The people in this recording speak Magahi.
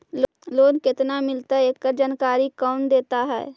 लोन केत्ना मिलतई एकड़ जानकारी कौन देता है?